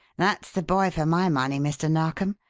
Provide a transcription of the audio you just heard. that's the boy for my money, mr. narkom!